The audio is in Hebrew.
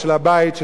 של המורה.